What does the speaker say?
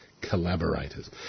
collaborators